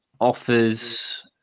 offers